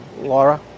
Laura